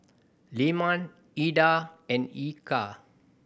Leman Indah and Eka